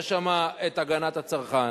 יש שם הגנת הצרכן,